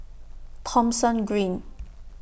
Thomson Green